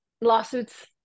Lawsuits